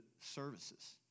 services